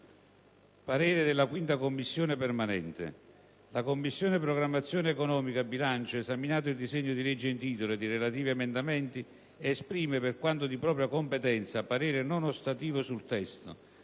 parere non ostativo». « La Commissione programmazione economica, bilancio, esaminato il disegno di legge in titolo ed i relativi emendamenti, esprime, per quanto di propria competenza, parere non ostativo sul testo,